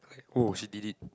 oh she did it